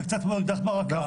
זה קצת כמו אקדח ברקה,